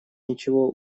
ничего